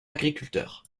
agriculteurs